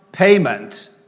Payment